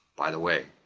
by the way,